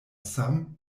sam